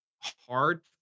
hard